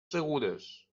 segures